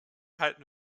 halten